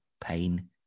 pain